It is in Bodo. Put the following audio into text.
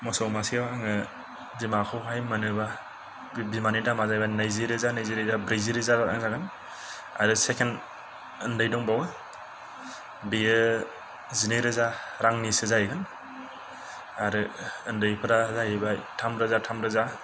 मोसौ मासेआव आङो बिमाखौ हाय मोनोब्ला बिमानि दामआ जाहैबाय नैजिरोजा नैजिरोजा ब्रैजि रोजा जागोन आरो सेकेन्ड उन्दै दंबावो बियो जिनै रोजा रांनिसो जाहैगोन आरो उन्दैफ्रा जाहैबाय थामरोजा थामरोजा